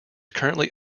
currently